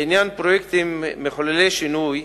בעניין פרויקטים מחוללי שינוי,